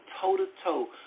toe-to-toe